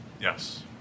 Yes